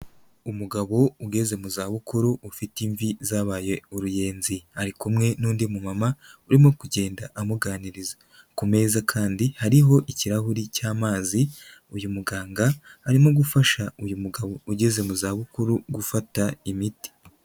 Umugabo ugeze mu zabukuru ufite imvi zabaye uruyenzi. Ari kumwe n'undi mumama urimo kugenda amuganiriza. Ku meza kandi hariho ikirahuri cy'amazi, uyu muganga arimo gufasha uyu mugabo ugeze mu zabukuru gufata imiti.